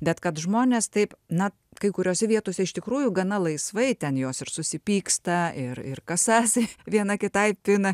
bet kad žmonės taip na kai kuriose vietose iš tikrųjų gana laisvai ten jos ir susipyksta ir ir kasas viena kitai pina